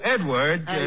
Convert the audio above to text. Edward